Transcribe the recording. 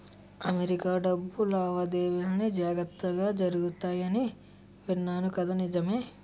America డబ్బు లావాదేవీలన్నీ జాగ్రత్తగా జరుగుతాయని విన్నాను కదా నిజమే